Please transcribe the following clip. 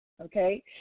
okay